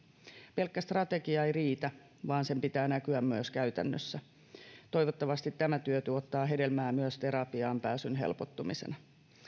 pelkkä strategia ei riitä vaan sen pitää näkyä myös käytännössä toivottavasti tämä työ tuottaa hedelmää myös terapiaan pääsyn helpottumisena